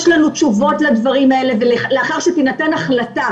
יש לנו תשובות לדברים האלה, ולאחר שניתן החלט.